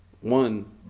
one